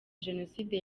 jenoside